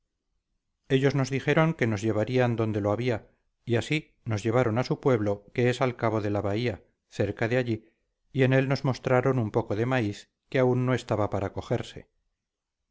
ellos nos dijeron que nos llevarían donde lo había y así nos llevaron a su pueblo que es al cabo de la bahía cerca de allí y en él nos mostraron un poco de maíz que aún no estaba para cogerse